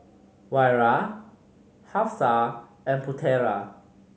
Wira Hafsa and Putera